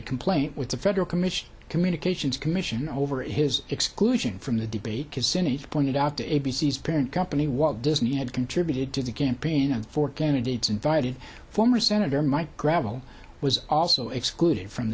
a complaint with the federal commission communications commission over his exclusion from the debate kissin it pointed out to a b c s parent company what disney had contributed to the campaign and for candidates invited former senator mike gravel was also excluded from